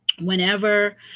Whenever